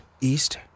east